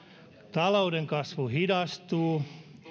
talouden kasvu hidastuu